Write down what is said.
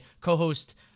co-host